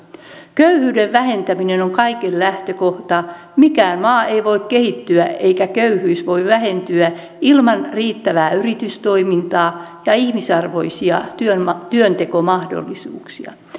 köyhyyden vähentäminen on kaiken lähtökohta mikään maa ei voi kehittyä eikä köyhyys voi vähentyä ilman riittävää yritystoimintaa ja ihmisarvoisia työntekomahdollisuuksia